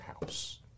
house